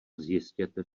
zjistěte